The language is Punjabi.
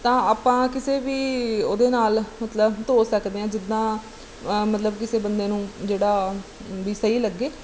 ਤਾਂ ਆਪਾਂ ਕਿਸੇ ਵੀ ਉਹਦੇ ਨਾਲ ਮਤਲਬ ਧੋ ਸਕਦੇ ਹਾਂ ਜਿੱਦਾਂ ਮਤਲਬ ਕਿਸੇ ਬੰਦੇ ਨੂੰ ਜਿਹੜਾ ਵੀ ਸਹੀ ਲੱਗੇ